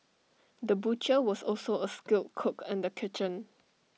the butcher was also A skilled cook in the kitchen